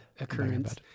occurrence